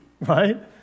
right